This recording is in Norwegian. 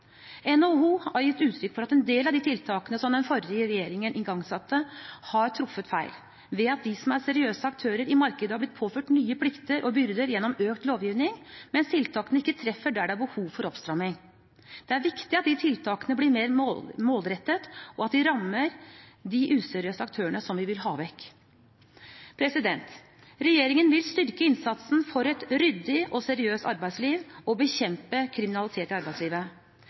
NHO har gitt uttrykk for at en del av de tiltakene som den forrige regjeringen igangsatte, har truffet feil ved at de som er seriøse aktører i markedet, er blitt påført nye plikter og byrder gjennom økt lovgivning, mens tiltakene ikke treffer der det er behov for oppstramming. Det er viktig at tiltakene blir mer målrettet, og at de rammer de useriøse aktørene, som vi vil ha vekk. Regjeringen vil styrke innsatsen for et ryddig og seriøst arbeidsliv og bekjempe kriminalitet i arbeidslivet.